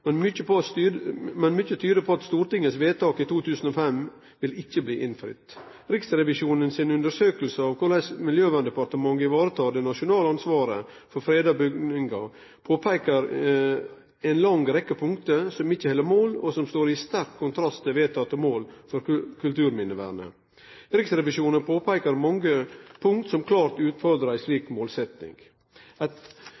men mye tyder på at Stortingets vedtak i 2005 ikke vil bli innfridd. Riksrevisjonens undersøkelse av hvordan Miljøverndepartementet ivaretar det nasjonale ansvaret for fredede bygninger, påpeker en lang rekke punkter som ikke holder mål, og som står i sterk kontrast til vedtatte mål for kulturminnevernet. Riksrevisjonen påpeker mange punkt som klart utfordrer en slik målsetting – et uhensiktsmessig byråkrati er ett av flere. I